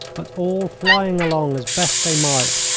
but all flying along as best they might,